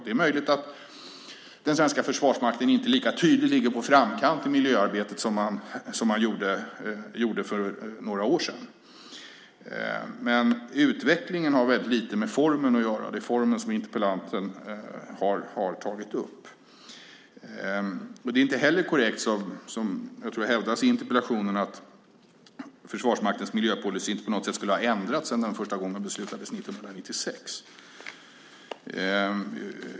Det är möjligt att Försvarsmakten inte lika tydligt som för några år sedan ligger i framkanten i miljöarbetet. Utvecklingen har dock väldigt lite med formen att göra, och det är formen som interpellanten har tagit upp. Inte heller är det korrekt att - som, tror jag, hävdas i interpellationen - Försvarsmaktens miljöpolicy inte på något sätt ändrats sedan den första gången beslutades år 1996.